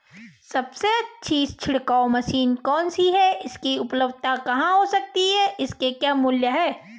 सबसे अच्छी छिड़काव मशीन कौन सी है इसकी उपलधता कहाँ हो सकती है इसके क्या मूल्य हैं?